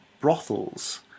brothels